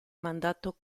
mandato